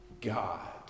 God